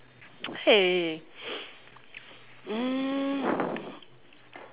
hey um